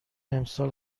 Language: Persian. امسال